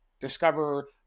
discover